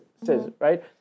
right